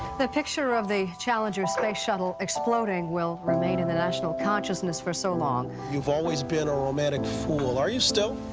the picture of the challenger space shuttle exploding will remain in the national consciousness for so long. you've always been a romantic fool. are you still?